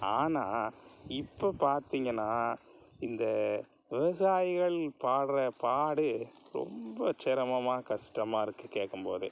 ஆனால் இப்போ பார்த்தீங்கனா இந்த விவசாயிகள் பாடுகிற பாடு ரொம்ப சிரமமாக கஷ்டமாருக்கு கேட்கம்போதே